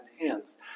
hands